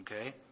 Okay